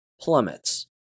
Plummets